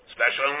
special